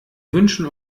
wünschen